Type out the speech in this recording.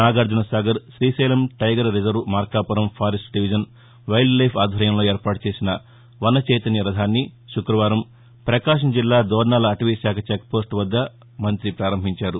Nagarjuna Sagar Srisailam tiger reserve Markapuram forest division wildlife ఆధ్వర్యంలో ఏర్పాటు చేసిన వన చైతన్య రథాన్ని శు క్రకవారం ప్రకాశం జిల్లా దోర్నాల అటవీశాఖ చెక్పోస్లు వద్ద ఆయన ప్రారంభించారు